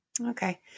Okay